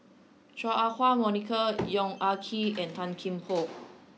Chua Ah Huwa Monica Yong Ah Kee and Tan Kian Por